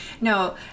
No